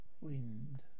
Wind